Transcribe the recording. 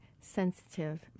sensitive